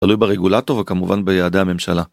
תלוי ברגולטור וכמובן ביעדי הממשלה.